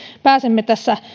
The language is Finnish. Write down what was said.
pääsemme